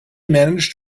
managed